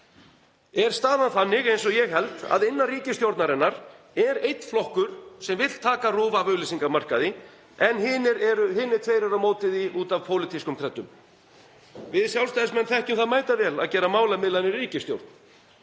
Er staðan þannig, eins og ég held, að innan ríkisstjórnarinnar er einn flokkur sem vill taka RÚV af auglýsingamarkaði en hinir tveir eru á móti því út af pólitískum kreddum? Við Sjálfstæðismenn þekkjum það mætavel að gera málamiðlanir í ríkisstjórn